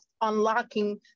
unlocking